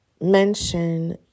mention